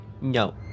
No